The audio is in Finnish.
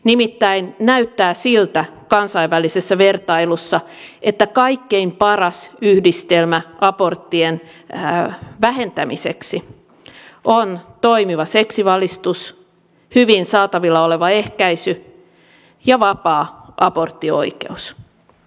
nimittäin näyttää siltä kansainvälisessä vertailussa että kaikkein paras yhdistelmä aborttien vähentämiseksi on toimiva seksivalistus hyvin saatavilla oleva ehkäisy ja vapaa aborttioikeus